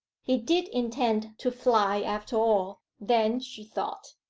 he did intend to fly after all, then, she thought.